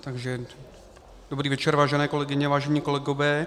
Takže dobrý večer, vážené kolegyně a vážení kolegové.